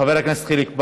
חבר הכנסת חיליק בר,